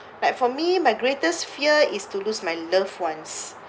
like for me my greatest fear is to lose my loved ones